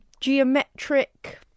geometric